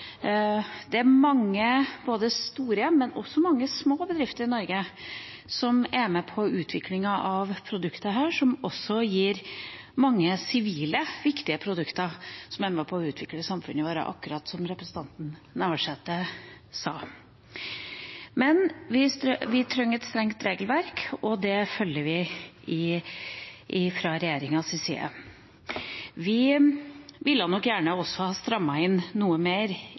Det er mange – både store og små – bedrifter i Norge som er med på utviklingen av dette produktet, som også gir mange viktige sivile produkter som er med på å utvikle samfunnet vårt, akkurat som representanten Navarsete sa. Vi trenger et strengt regelverk, og det følger regjeringa. Vi i Venstre ville nok gjerne ha strammet inn noe mer,